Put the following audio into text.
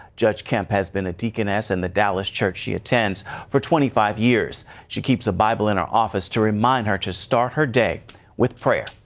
judge kemp has been a deaconess in the dallas church she attends for twenty five years. she keeps a bible in her office to remind her to start her day with prayer.